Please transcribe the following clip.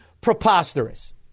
preposterous